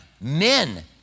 Men